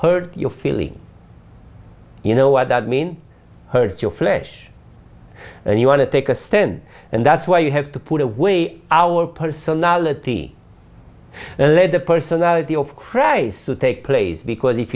heard your feeling you know what that means hurt your flesh and you want to take a stand and that's why you have to put away our personality and let the personality of christ to take place because if